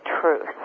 truth